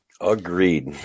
Agreed